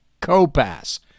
co-pass